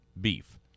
beef